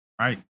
right